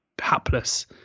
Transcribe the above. Hapless